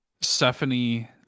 stephanie